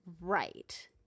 right